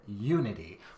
Unity